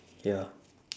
ya